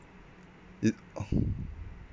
it